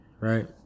right